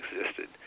existed